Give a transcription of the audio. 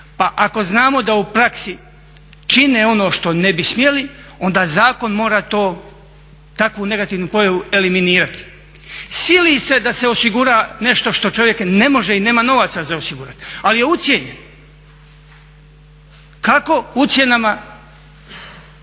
Pa ako znamo da u praksi čine ono što ne bi smjeli onda zakon mora to, takvu negativnu pojavu eliminirati. Sili se da se osigura nešto što čovjek ne može i nema novaca za osigurati, ali je ucijenjen. Kako ucjenama